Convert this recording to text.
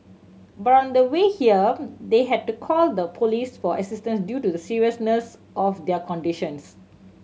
but on the way here they had to call the police for assistance due to the seriousness of their conditions